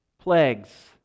plagues